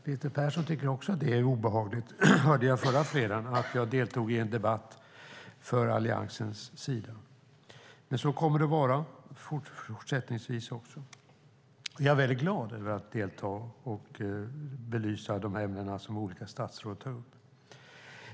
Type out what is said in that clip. Peter Persson tyckte också att det var obehagligt, hörde jag förra fredagen, att jag deltog i en debatt för Alliansens sida, men det kommer jag att göra fortsättningsvis också. Jag är väldigt glad över att kunna delta och belysa de ämnen som olika statsråd tar upp.